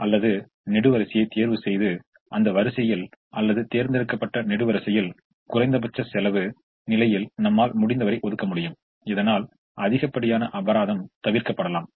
இப்போது 30 10 25 5 மற்றும் 30 என்று இங்கே கொடுக்கப்பட்டுள்ள ஒரு தீர்வைப் பற்றி பார்ப்போம் இது நிமிடம் செலவு முறையிலிருந்து நிமிட செலவுக்கான தீர்வா என்பதை சரிபார்க்க வேண்டும்